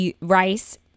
rice